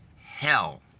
hell